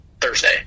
Thursday